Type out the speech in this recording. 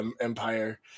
empire